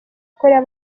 korea